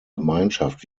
gemeinschaft